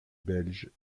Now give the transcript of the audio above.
belge